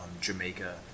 Jamaica